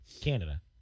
Canada